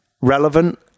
relevant